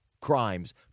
crimes